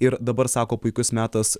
ir dabar sako puikus metas